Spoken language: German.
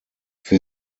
für